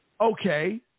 okay